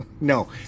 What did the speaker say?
No